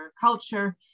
culture